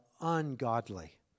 ungodly